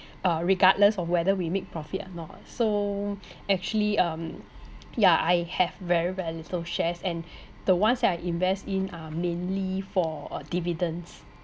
uh regardless of whether we make profit or not so actually um yeah I have very very little shares and the ones that I invest in are mainly for uh dividends